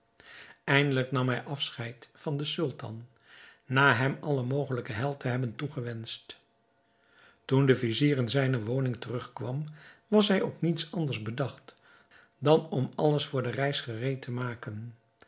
eindelijk nam hij afscheid van den sultan na hem alle mogelijke heil te hebben toegewenscht toen de vizier in zijne woning terugkwam was hij op niets anders bedacht dan om alles voor de reis gereed te maken